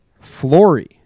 Flory